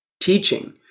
teaching